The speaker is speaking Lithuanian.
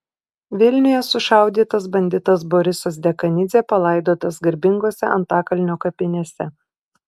vilniuje sušaudytas banditas borisas dekanidzė palaidotas garbingose antakalnio kapinėse